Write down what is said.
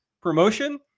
promotion